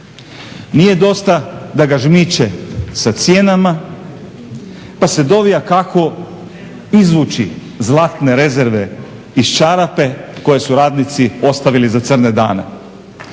Nije dosta da ga žmiče sa cijenama, pa se dovija kako izvući zlatne rezerve iz čarape koje su radnici ostavili za crne dane.